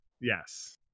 yes